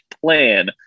plan